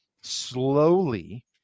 slowly